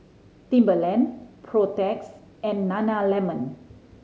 Timberland Protex and Nana Lemon